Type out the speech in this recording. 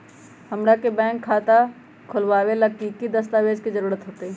हमरा के बैंक में खाता खोलबाबे ला की की दस्तावेज के जरूरत होतई?